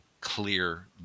clear